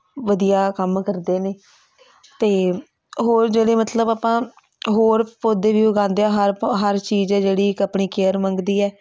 ਵਧੀਆ ਕੰਮ ਕਰਦੇ ਨੇ ਅਤੇ ਹੋਰ ਜਿਹੜੇ ਮਤਲਬ ਆਪਾਂ ਹੋਰ ਪੌਦੇ ਵੀ ਉਗਾਉਂਦੇ ਹਾਂ ਹਰ ਹਰ ਚੀਜ਼ ਹੈ ਜਿਹੜੀ ਇੱਕ ਆਪਣੀ ਕੇਅਰ ਮੰਗਦੀ ਹੈ